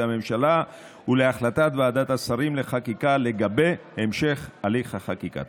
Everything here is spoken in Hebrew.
הממשלה ולהחלטת ועדת השרים לחקיקה לגבי המשך הליך החקיקה.